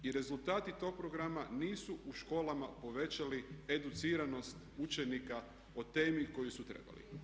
I rezultati tog programa nisu u školama povećali educiranost učenika o temi koju su trebali.